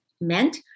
meant